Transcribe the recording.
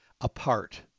apart